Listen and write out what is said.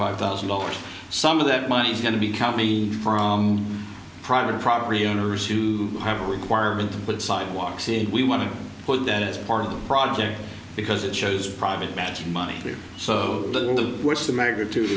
five thousand dollars some of that money is going to be coming from private property owners who have a requirement but sidewalks and we want to put that as part of the project because it shows private match money so what's the magnitude